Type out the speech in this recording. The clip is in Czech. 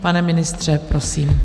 Pane ministře, prosím.